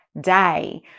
day